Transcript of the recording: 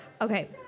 Okay